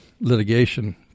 litigation